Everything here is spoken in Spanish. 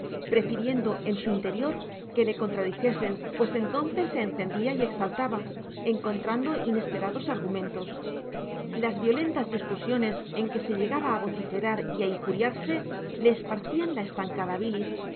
prefiriendo en su interior que le contradijesen pues entonces se encendía y exaltaba encontrando inesperados argumentos las violentas discusiones en que se llegaba a vociferar y a injuriarse le esparcían la estancada bilis